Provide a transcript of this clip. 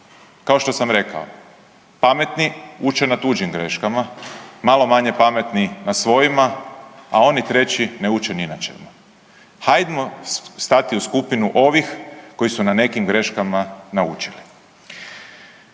Kao što sam rekao, pametni uče na tuđim greškama, malo manje pametni na svojima, a oni treći na učen ni na čemu. Hajdmo stati u skupinu ovih koji su na nekim graškama naučili.